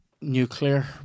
nuclear